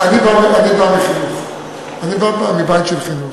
את יודעת, אני בא מחינוך, אני בא מבית של חינוך,